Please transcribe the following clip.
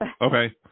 Okay